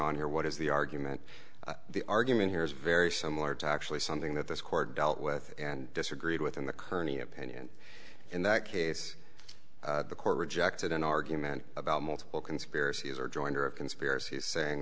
on here what is the argument the argument here is very similar to actually something that this court dealt with and disagreed with in the kearny opinion in that case the court rejected an argument about multiple conspiracies or joined or a conspiracy saying